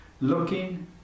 looking